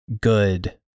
good